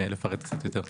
לאבשלום לפרט קצת יותר.